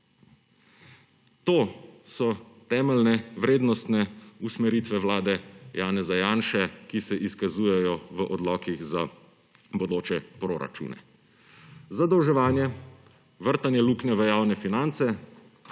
To so temeljne vrednostne usmeritve vlade Janeza Janše, ki se izkazujejo v odlokih za bodoče proračune. Zadolževanje, vrtanje luknje v javne finance